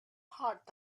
hard